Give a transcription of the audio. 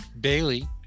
Bailey